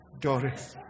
Doris